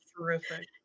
terrific